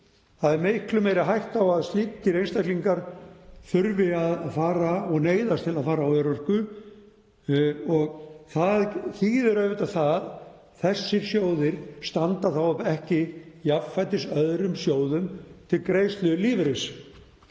það er miklu meiri hætta á að slíkir einstaklingar þurfi að fara og neyðist til að fara á örorku og það þýðir auðvitað að þessir sjóðir standa þá ekki jafnfætis öðrum sjóðum til greiðslu lífeyris.